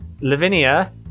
Lavinia